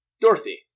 Dorothy